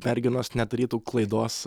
merginos nedarytų klaidos